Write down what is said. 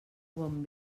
bon